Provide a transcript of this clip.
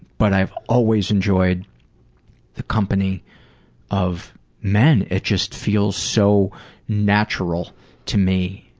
but i've always enjoyed the company of men it just feels so natural to me.